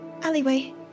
alleyway